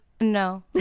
no